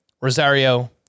Rosario